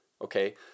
Okay